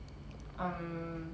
um